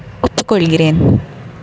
ஒப்புக்கொள்கிறேன்